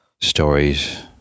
stories